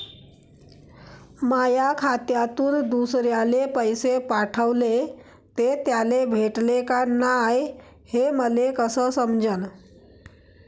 माया खात्यातून दुसऱ्याले पैसे पाठवले, ते त्याले भेटले का नाय हे मले कस समजन?